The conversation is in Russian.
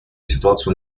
ситуацию